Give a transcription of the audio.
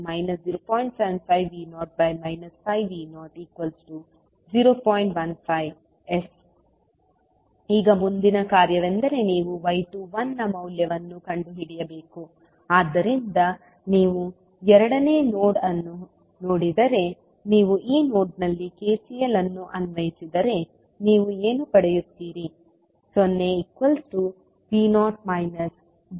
15S ಈಗ ಮುಂದಿನ ಕಾರ್ಯವೆಂದರೆ ನೀವು y21 ನ ಮೌಲ್ಯವನ್ನು ಕಂಡುಹಿಡಿಯಬೇಕು ಆದ್ದರಿಂದ ನೀವು ಎರಡನೇ ನೋಡ್ ಅನ್ನು ನೋಡಿದರೆ ನೀವು ಈ ನೋಡ್ನಲ್ಲಿ KCL ಅನ್ನು ಅನ್ವಯಿಸಿದರೆ ನೀವು ಏನು ಪಡೆಯುತ್ತೀರಿ